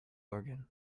organ